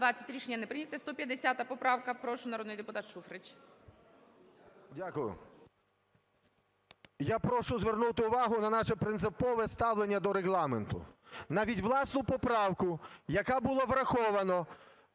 Я прошу звернути увагу на наше принципове ставлення до Регламенту. Навіть власну поправку, яка була врахована,